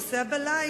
הוא נוסע בלילה,